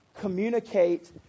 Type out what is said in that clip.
communicate